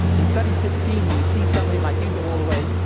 in study sixteen, where you see somebody like you go all the way,